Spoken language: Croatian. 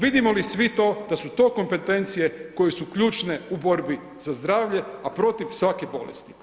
Vidimo li svi to da su to kompetencije koje su ključne u borbi za zdravlje, a protiv svake bolesti.